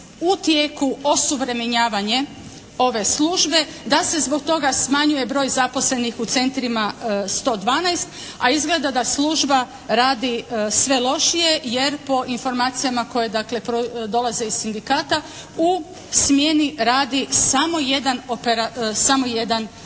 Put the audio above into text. u tijeku osuvremenjavanje ove službe, da se zbog toga smanjuje broj zaposlenih u centrima 112, a izgleda da služba radi sve lošije jer po informacijama koje dakle dolaze iz sindikata u smjeni radi samo jedan operater.